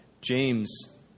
James